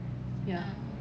ya